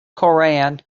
koran